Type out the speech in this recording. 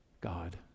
God